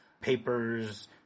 papers